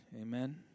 Amen